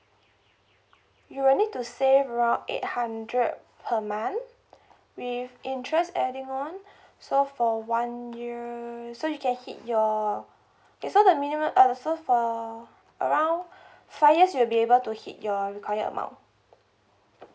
you will need to save around eight hundred per month with interest adding on so for one year so you can hit your okay so the minimum uh so for around five years you will be able to hit your required amount